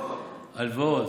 זה הלוואות?